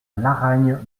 laragne